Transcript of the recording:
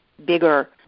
bigger